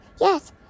Yes